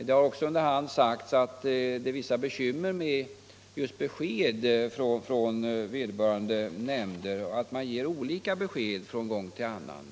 Det har under hand sagts att det är vissa bekymmer just med besked från vederbörande nämnder — att man t.ex. ger olika besked från gång till annan.